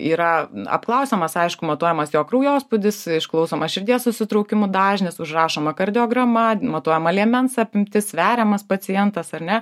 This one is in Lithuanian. yra apklausiamas aišku matuojamas jo kraujospūdis išklausomas širdies susitraukimų dažnis užrašoma kardiograma matuojama liemens apimtis sveriamas pacientas ar ne